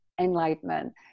enlightenment